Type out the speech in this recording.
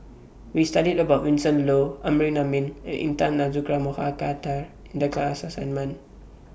We studied about Vincent Leow Amrin Amin and Intan Azura Mokhtar in The class assignment